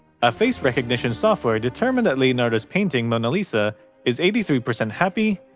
a face-recognition software determined that leonardo's painting mona lisa is eighty three percent happy,